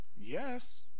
Yes